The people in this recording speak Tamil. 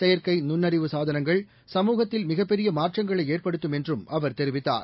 செயற்கைநுண்ணறிவு சாதனங்கள் சமூகத்தில் மிகப் பெரியமாற்றங்களைஏற்படுத்தும் என்றும் அவர் தெரிவித்தார்